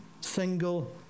single